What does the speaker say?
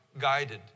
guided